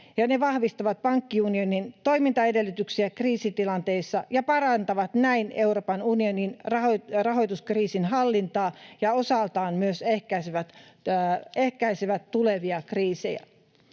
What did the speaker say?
ne vahvistavat pankkiunionin toimintaedellytyksiä kriisitilanteissa ja parantavat näin Euroopan unionin rahoituskriisin hallintaa ja osaltaan myös ehkäisevät tulevia kriisejä.